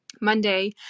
Monday